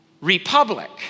republic